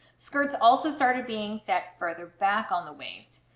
skirts also started being set further back on the waist.